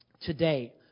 today